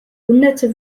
hunderte